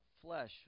flesh